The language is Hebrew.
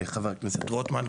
חבר הכנסת רוטמן,